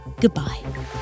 goodbye